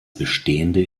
bestehende